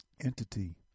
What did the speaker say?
entity